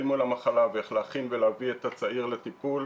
מול המחלה ואיך להכין ולהביא את הצעיר לטיפול.